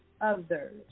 Others